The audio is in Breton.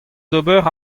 d’ober